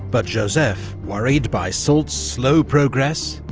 but joseph, worried by soult's slow progress,